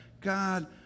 God